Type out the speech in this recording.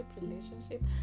Relationship